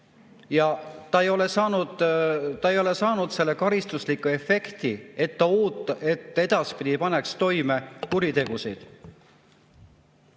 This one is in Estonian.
Ja ta ei ole saanud seda karistuslikku efekti, et ta edaspidi ei paneks toime kuritegusid.